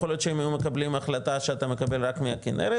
יכול להיות שהם היו מקבלים החלטה שאתה מקבל רק מהכנרת,